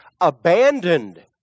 Abandoned